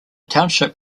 township